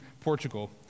Portugal